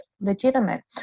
legitimate